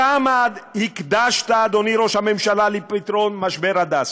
כמה הקדשת, אדוני ראש הממשלה, לפתרון משבר הדסה?